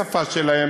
בשפה שלהם,